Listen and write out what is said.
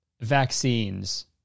vaccines